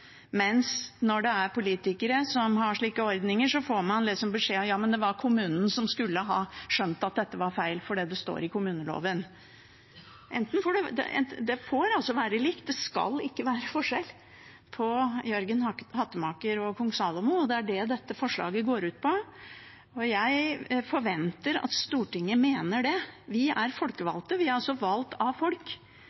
mens når det er politikere som har slike ordninger, så får man beskjed om at det var kommunen som skulle ha skjønt at dette var feil – fordi det står i kommuneloven. Det må være likt. Det skal ikke være forskjell på Jørgen Hattemaker og kong Salomo. Det er det dette forslaget går ut på, og jeg forventer at Stortinget mener det. Vi er